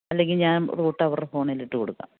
അല്ലെങ്കിൽ ഞാൻ റൂട്ട് അവരുടെ ഫോണിൽ ഇട്ടുകൊടുക്കാം